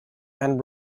and